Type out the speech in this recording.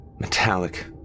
metallic